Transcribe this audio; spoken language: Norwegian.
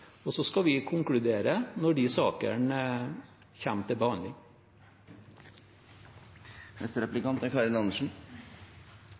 Så skal vi konkludere når de sakene kommer til behandling.